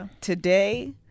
today